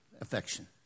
affection